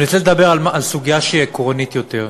אני רוצה לדבר על סוגיה שהיא עקרונית יותר,